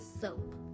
soap